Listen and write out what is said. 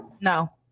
No